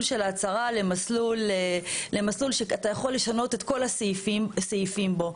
של ההצהרה למסלול שאתה יכול לשנות את כל הסעיפים בו,